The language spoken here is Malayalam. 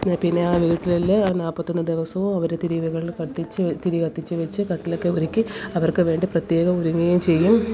പിന്നെ ആ വീട്ടില് നാല്പത്തിയൊന്ന് ദിവസവും അവര് തിരികൾ കത്തിച്ച് തിരി കത്തിച്ചുവച്ച് കട്ടിലൊക്കെ ഒരുക്കി അവർക്ക് വേണ്ടി പ്രത്യേകം ഒരുങ്ങുകയും ചെയ്യും